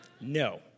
No